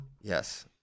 Yes